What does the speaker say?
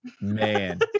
man